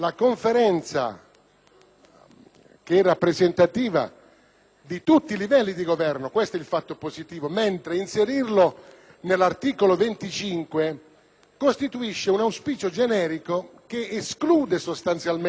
di tutti i livelli di governo: questo è il fatto positivo. Inserire questa prescrizione nell'articolo 25, invece, costituisce un auspicio generico, che esclude sostanzialmente dall'individuazione della pressione fiscale massima